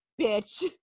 bitch